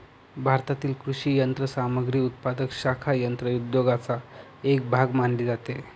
भारतातील कृषी यंत्रसामग्री उत्पादक शाखा यंत्र उद्योगाचा एक भाग मानली जाते